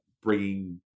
bringing